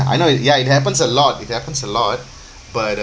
I know it ya it happens a lot it happens a lot but uh